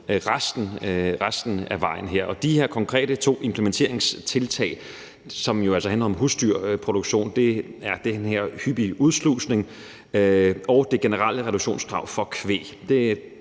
resten af vejen her. De her to konkrete implementeringstiltag, som jo altså handler om husdyrproduktion, består af den her hyppige udslusning og det generelle reduktionskrav for kvæg.